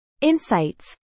insights